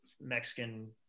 Mexican